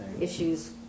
issues